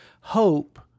Hope